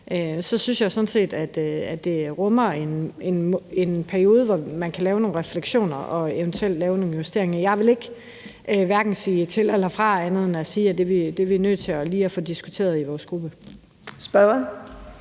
jo i virkeligheden også en periode, hvor man kan have nogle refleksioner og eventuelt også lave nogle justeringer. Jeg vil hverken sige til eller fra, men bare sige, at vi lige er nødt til at få diskuteret det i vores gruppe. Kl.